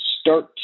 start